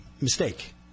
mistake